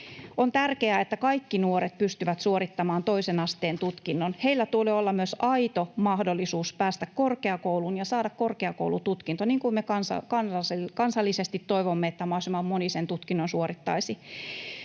On tärkeää, että kaikki nuoret pystyvät suorittamaan toisen asteen tutkinnon. Heillä tulee olla myös aito mahdollisuus päästä korkeakouluun ja saada korkeakoulututkinto, niin kuin me kansallisesti toivomme, että mahdollisimman moni sen tutkinnon suorittaisi.